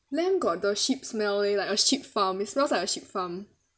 lamb got the sheep's smell leh like a sheep farm it smells like a sheep farm